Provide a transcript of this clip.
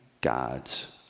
God's